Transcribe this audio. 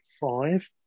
five